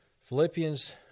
Philippians